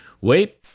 wait